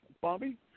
Bobby